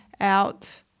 out